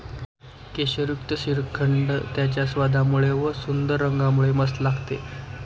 केशरयुक्त श्रीखंड त्याच्या स्वादामुळे व व सुंदर रंगामुळे मस्त लागते